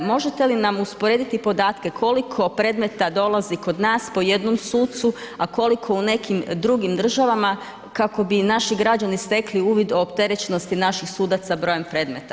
Možete li nam usporediti podatke koliko predmeta dolazi kod nas po jednom sucu, a koliko u nekim drugim državama kako bi naši građani stekli uvid o opterećenosti naših sudaca brojem predmeta?